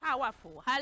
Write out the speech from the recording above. powerful